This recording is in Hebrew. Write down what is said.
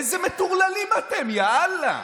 איזה מטורללים אתם, יא אללה.